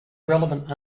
relevant